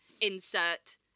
insert